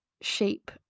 shape